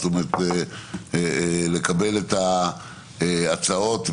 זאת אומרת לקבל הצעות מהבנקים,